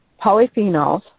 Polyphenols